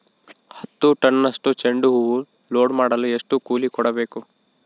ಹತ್ತು ಟನ್ನಷ್ಟು ಚೆಂಡುಹೂ ಲೋಡ್ ಮಾಡಲು ಎಷ್ಟು ಕೂಲಿ ಕೊಡಬೇಕು?